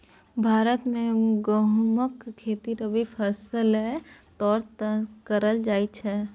भारत मे गहुमक खेती रबी फसैल तौरे करल जाइ छइ